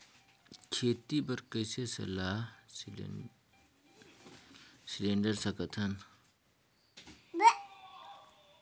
खेती बर कइसे सलाह सिलेंडर सकथन?